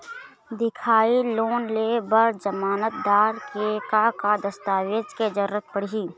दिखाही लोन ले बर जमानतदार के का का दस्तावेज के जरूरत पड़ही?